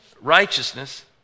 righteousness